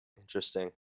Interesting